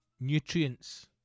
Nutrients